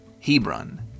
Hebron